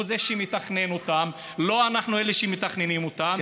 הוא שמתכנן אותן, לא אנחנו מתכננים אותן.